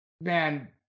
man